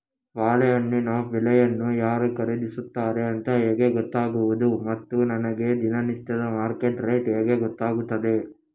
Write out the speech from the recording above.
ಬಾಳೆಹಣ್ಣಿನ ಬೆಳೆಯನ್ನು ಯಾರು ಖರೀದಿಸುತ್ತಾರೆ ಅಂತ ಹೇಗೆ ಗೊತ್ತಾಗುವುದು ಮತ್ತು ನನಗೆ ದಿನನಿತ್ಯದ ಮಾರ್ಕೆಟ್ ರೇಟ್ ಹೇಗೆ ಗೊತ್ತಾಗುತ್ತದೆ?